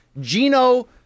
Gino